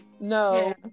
No